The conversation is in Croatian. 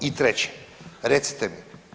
I treće, recite mi.